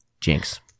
Jinx